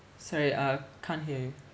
sorry uh can't hear you